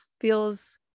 feels